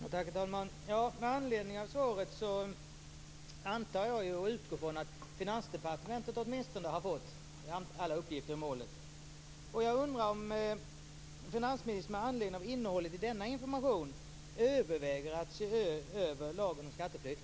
Herr talman! Med anledning av svaret utgår jag från att åtminstone Finansdepartementet har fått alla uppgifter i målet. Jag undrar om finansministern med anledning av innehållet i denna information överväger att se över lagen om skatteplikt.